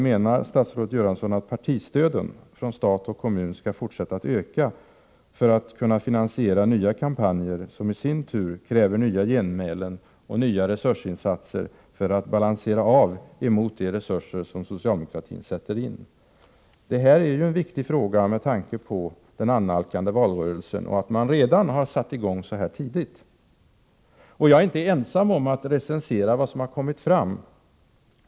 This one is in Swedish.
Menar statsrådet Göransson att partistöden från stat och kommun skall fortsätta att öka för att man skall kunna finansiera nya kampanjer, som i sin tur kräver nya genmälen och nya resursinsatser för att balansera de resurser som socialdemokratin sätter in? Det här är en viktig fråga med tanke på den annalkande valrörelsen; det är märkligt att man har satt i gång så tidigt. Jag är inte ensam om att recensera vad som har kommit fram.